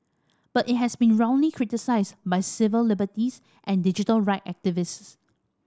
but it has been roundly criticised by civil liberties and digital right activists